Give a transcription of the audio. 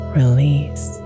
release